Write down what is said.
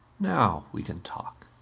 now we can talk.